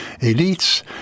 elites